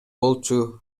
болчу